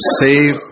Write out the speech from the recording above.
save